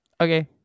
Okay